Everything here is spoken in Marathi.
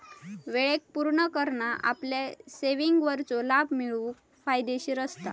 वेळेक पुर्ण करना आपल्या सेविंगवरचो लाभ मिळवूक फायदेशीर असता